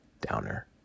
Downer